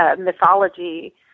mythology